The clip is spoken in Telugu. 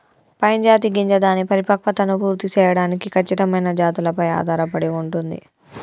పైన్ జాతి గింజ దాని పరిపక్వతను పూర్తి సేయడానికి ఖచ్చితమైన జాతులపై ఆధారపడి ఉంటుంది